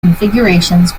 configurations